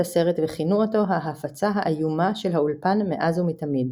הסרט וכינו אותו "ההפצה האיומה של האולפן מאז ומתמיד".